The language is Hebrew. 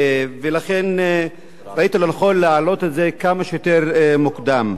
לכן ראיתי לנכון להעלות את זה כמה שיותר מוקדם.